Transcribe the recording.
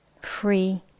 free